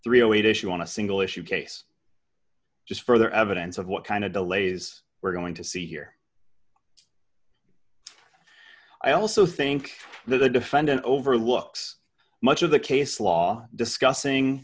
hundred and eight issue on a single issue case just further evidence of what kind of delays we're going to see here i also think that the defendant overlooks much of the case law discussing